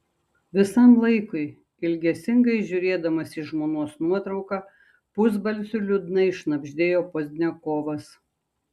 visam laikui ilgesingai žiūrėdamas į žmonos nuotrauką pusbalsiu liūdnai šnabždėjo pozdniakovas